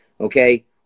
okay